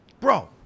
Bro